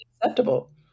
acceptable